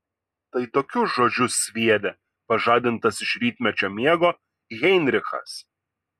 tai tokius žodžius sviedė pažadintas iš rytmečio miego heinrichas